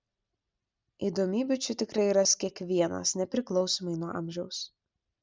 įdomybių čia tikrai ras kiekvienas nepriklausomai nuo amžiaus